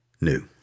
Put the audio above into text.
new